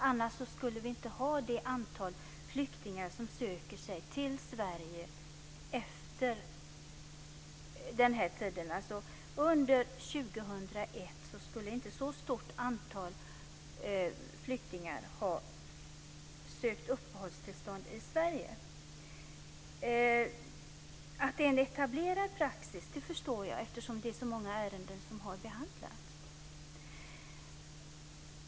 Annars skulle inte ett så stort antal flyktingar ha sökt uppehållstillstånd i Sverige under 2001. Att det är en etablerad praxis förstår jag eftersom det är så många ärenden som har behandlats.